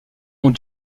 aux